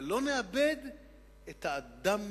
אבל לא נאבד את האדם,